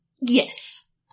Yes